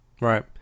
Right